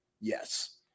Yes